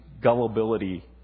gullibility